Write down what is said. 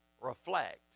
reflect